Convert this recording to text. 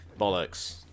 Bollocks